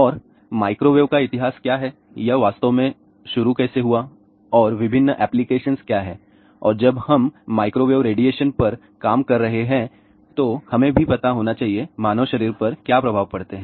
और माइक्रोवेव का इतिहास क्या है यह वास्तव में कैसे शुरू हुआ और विभिन्न एप्लीकेशन क्या हैं और जब हम माइक्रोवेव रेडिएशन पर काम कर रहे हैं तो हमें भी पता होना चाहिए मानव शरीर पर क्या प्रभाव पड़ते हैं